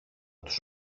τους